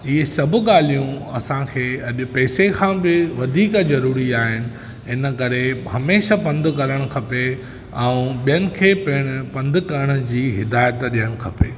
हीअ सभु ॻाल्हियूं असांखे अॼु पेसे खां बि वधीक जरूरी आहे हिन करे हमेशह पंधि करणु खपे ऐं ॿियनि खे बि पिण पंधि करणु जी हिदायतु ॾेयणु खपे